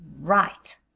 right